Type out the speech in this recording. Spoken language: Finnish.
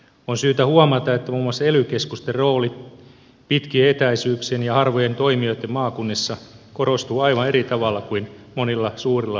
on syytä huomata että muun muassa ely keskusten rooli pitkien etäisyyksien ja harvojen toimijoitten maakunnissa korostuu aivan eri tavalla kuin monilla suurilla eteläsuomalaisilla alueilla